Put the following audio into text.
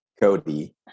Cody